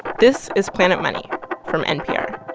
this is planet money from npr